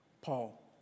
Paul